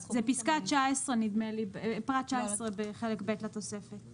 בפרט (19) בחלק ב' לתוספת.